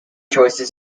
choices